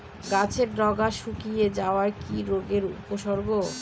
গাছের ডগা শুকিয়ে যাওয়া কি রোগের উপসর্গ?